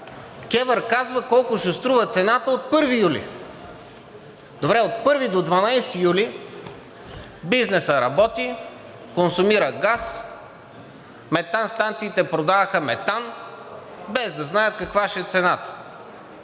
КЕВР казва колко ще е цената от 1 юли. Добре, от 1 до 12 юли бизнесът работи, консумира газ, метанстанциите продаваха метан, без да знаят каква ще е цената.